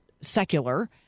secular